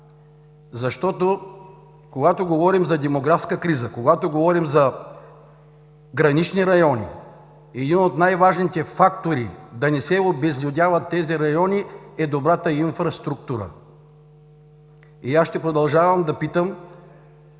така. Когато говорим за демографска криза, когато говорим за гранични райони, един от най-важните фактори да не се обезлюдяват тези райони, е добрата инфраструктура. Аз ще продължавам да питам